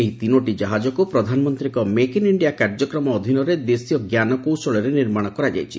ଏହି ତିନୋଟି କାହାଜକୁ ପ୍ରଧାନମନ୍ତ୍ରୀଙ୍କ ମେକ୍ ଇନ୍ ଇଣ୍ଡିଆ କାର୍ଯ୍ୟକ୍ରମ ଅଧୀନରେ ଦେଶୀୟ ଜ୍ଞାନ କୌଶଳରେ ନିର୍ମାଣ କରାଯାଇଛି